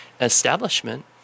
establishment